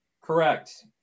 Correct